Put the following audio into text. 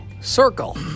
circle